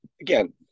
again